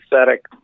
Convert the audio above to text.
aesthetic